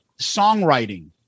songwriting